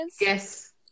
yes